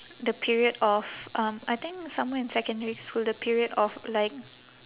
the period of um I think somewhere in secondary school the period of like